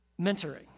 mentoring